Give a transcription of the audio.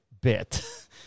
bit